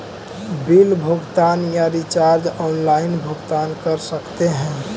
Bill भुगतान या recharge online भुगतान कर सकते हैं?